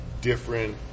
different